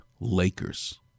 Lakers